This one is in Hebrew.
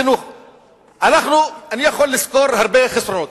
אני יכול לזכור הרבה חסרונות,